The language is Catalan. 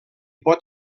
pot